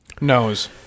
nose